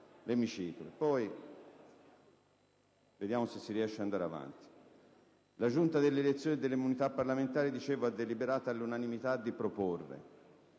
l'emiciclo, poi vediamo se si riesce ad andare avanti. La Giunta delle elezioni e delle immunità parlamentari, ha deliberato, all'unanimità, di proporre